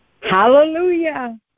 hallelujah